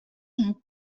have